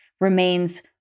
remains